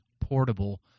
portable